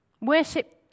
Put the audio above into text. Worship